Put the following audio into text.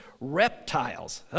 reptiles